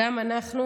וגם אנחנו